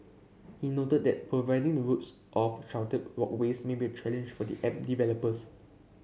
he noted that providing the routes of sheltered walkways may be a challenge for the app developers